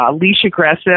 leash-aggressive